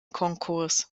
konkurs